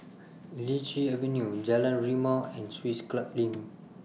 Lichi Avenue Jalan Rimau and Swiss Club LINK